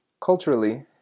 culturally